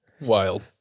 Wild